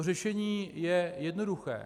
Řešení je jednoduché.